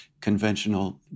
conventional